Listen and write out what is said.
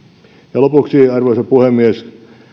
ja lopuksi arvoisa puhemies